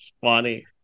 funny